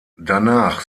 danach